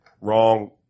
wrong